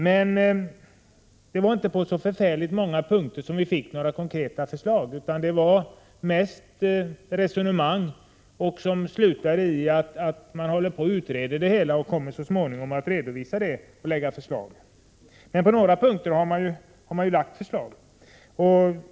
Men det var inte på så förfärligt många punkter vi fick några konkreta förslag, utan det var mest resonemang som slutade i att man håller på att utreda frågan och så småningom kommer att redovisa utredningen och lägga fram förslag. Men på några punkter har förslag lagts fram.